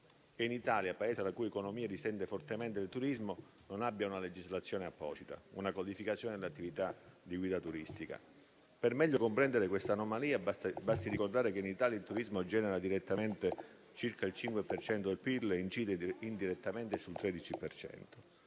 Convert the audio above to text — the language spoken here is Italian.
l'Italia, Paese la cui economia risente fortemente del turismo, non abbia una legislazione apposita e una codificazione dell'attività di guida turistica. Per meglio comprendere quest'anomalia, basta ricordare che in Italia il turismo genera direttamente circa il 5 per cento del PIL e incide indirettamente sul 13